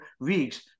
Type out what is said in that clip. weeks